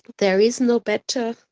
there is no better,